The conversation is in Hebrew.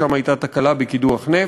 שם הייתה תקלה בקידוח נפט,